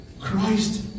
christ